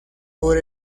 por